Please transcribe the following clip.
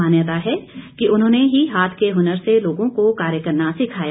मान्यता है कि उन्होंने ही हाथ के हुनर से लोगों को कार्य करना सिखाया